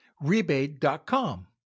Rebate.com